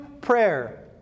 prayer